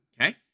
Okay